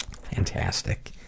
Fantastic